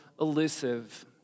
elusive